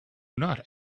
not